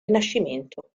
rinascimento